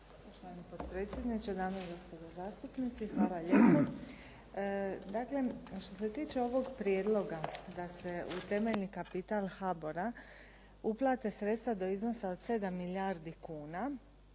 što se tiče ovog prijedloga da se u temeljni kapital HBOR-a uplate sredstva do iznosa od 7 milijardi kuna,